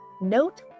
note